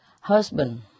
Husband